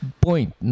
point